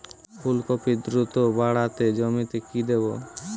ফুলকপি দ্রুত বাড়াতে জমিতে কি দেবো?